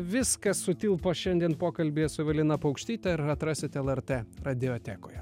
viskas sutilpo šiandien pokalbyje su evelina paukštyte ir atrasit lrt radiotekoje